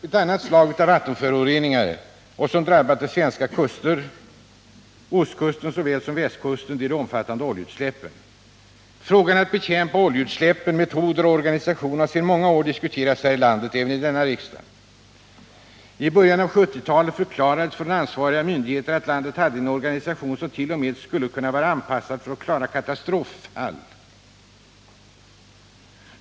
Ett annat slag av vattenföroreningar som har drabbat svenska kuster — ostkusten såväl som västkusten — är de omfattande oljeutsläppen. Frågan hur man skall bekämpa oljeutsläppen, dvs. metoder och organisation, har sedan många år diskuterats här i landet, även i denna riksdag. I början av 1970-talet förklarade ansvariga myndigheter att landet hade en organisation, som 1. 0. m. var anpassad för att klara ”katastroffall”.